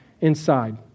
inside